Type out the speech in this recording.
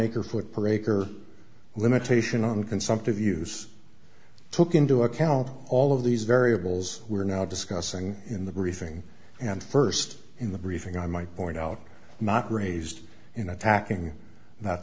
acre foot breakers limitation on consumptive use took into account all of these variables we're now discussing in the briefing and first in the briefing i might point out not raised in attacking